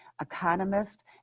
economist